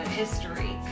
history